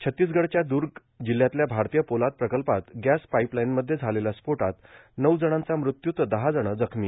छत्तीसगडच्या दुर्ग जिल्ह्यातल्या भारतीय पोलाद प्रकल्पात गॅस पाईपलाईनमध्ये झालेल्या स्फोटात नऊ जणांचा म्रत्यू तर दहा जण जखमी